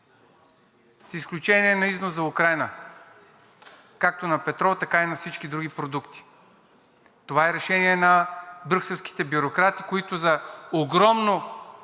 с изключение за износ за Украйна както на петрол, така и на всички други продукти. Това е решение на брюкселските бюрократи, които за огромно